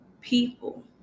people